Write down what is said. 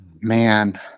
Man